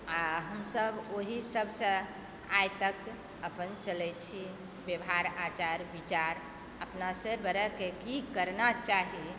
आ हमसब ओहि सबसऽ आइ तक अपन चलै छी व्यवहार आचार विचार अपनासे बड़ाके की करना चाही